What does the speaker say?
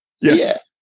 yes